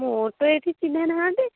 ମୋର ତ ଏଇଠି ଚିହ୍ନା ନାହାଁନ୍ତି